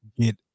get